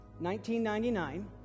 1999